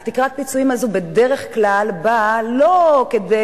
היא בדרך כלל באה לא כדי